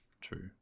True